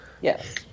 Yes